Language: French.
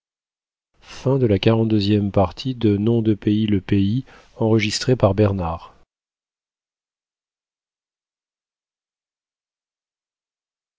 de lui-même le